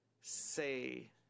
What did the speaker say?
say